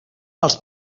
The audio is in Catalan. els